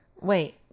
Wait